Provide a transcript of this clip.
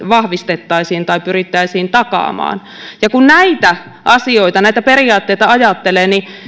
vahvistettaisiin tai pyrittäisiin takaamaan kun näitä asioita näitä periaatteita ajattelee niin